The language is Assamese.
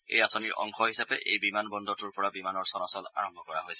এই আঁচনিৰ অংশ হিচাপে এই বিমানবন্দৰটোৰ পৰা বিমানৰ চলাচল আৰম্ভ কৰা হৈছে